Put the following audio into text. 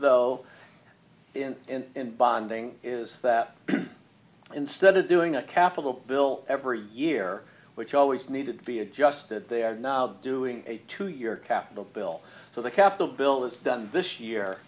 though in and bonding is that instead of doing a capital bill every year which always needed to be adjusted they are now doing a two year capital bill so the capital bill is done this year